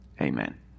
Amen